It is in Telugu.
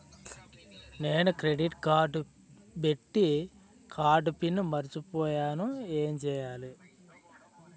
నేను క్రెడిట్ కార్డ్డెబిట్ కార్డ్ పిన్ మర్చిపోయేను ఎం చెయ్యాలి?